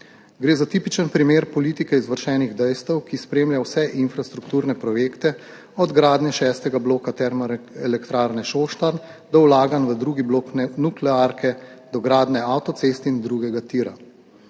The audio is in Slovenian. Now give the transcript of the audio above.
Gre za tipičen primer politike izvršenih dejstev, ki spremlja vse infrastrukturne projekte, od gradnje šestega bloka Termoelektrarne Šoštanj do vlaganj v drugi blok nuklearke, do gradnje avtocest in drugega tira.